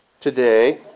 Today